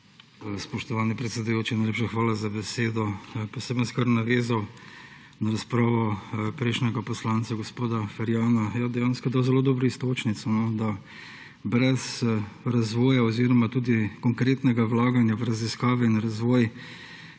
Spoštovani predsedujoči, najlepša hvala za besedo! Pa se bom kar navezal na razpravo prejšnjega poslanca gospoda Ferjana. Je dejansko dal zelo dobro iztočnico, da brez razvoja oziroma tudi konkretnega vlaganja v raziskave in razvoj